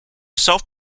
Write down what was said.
self